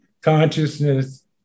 Consciousness